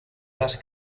las